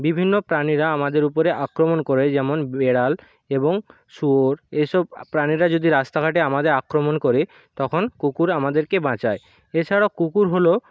বিভিন্ন প্রাণীরা আমাদের উপরে আক্রমণ করে যেমন বেড়াল এবং শুয়োর এসব প্রাণীরা যদি রাস্তাঘাটে আমাদের আক্রমণ করে তখন কুকুর আমাদেরকে বাঁচায় এছাড়াও কুকুর হল